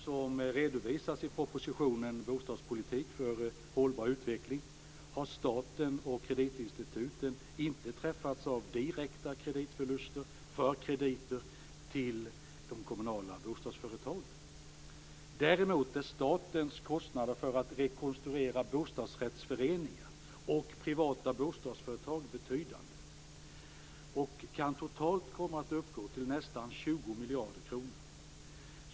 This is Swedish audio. Som redovisas i propositionen Bostadspolitik för hållbar utveckling har staten och kreditinstituten inte träffats av direkta kreditförluster för krediter till de kommunala bostadsföretagen. Däremot är statens kostnader för att rekonstruera bostadsrättsföreningar och privata bostadsföretag betydande och kan totalt komma att uppgå till nästan 20 miljarder kronor.